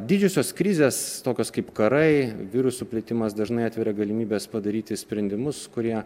didžiosios krizės tokios kaip karai viruso plitimas dažnai atveria galimybes padaryti sprendimus kurie